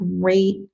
great